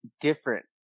different